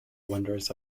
wonders